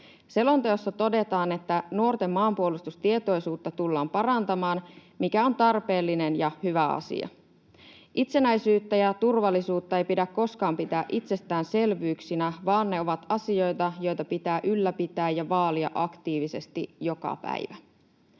Selonteossa todetaan, että nuorten maanpuolustustietoisuutta tullaan parantamaan, mikä on tarpeellinen ja hyvä asia. Itsenäisyyttä ja turvallisuutta ei pidä koskaan pitää itsestäänselvyyksinä, vaan ne ovat asioita, joita pitää ylläpitää ja vaalia aktiivisesti joka päivä.